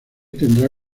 tendrá